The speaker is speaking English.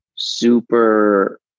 super